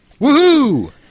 Woohoo